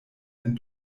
ein